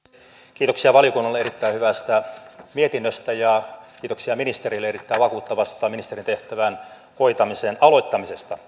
kiitoksia valiokunnalle erittäin hyvästä mietinnöstä ja kiitoksia ministerille erittäin vakuuttavasta ministerintehtävän hoitamisen aloittamisesta